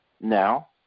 now